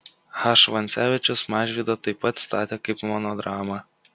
h vancevičius mažvydą taip pat statė kaip monodramą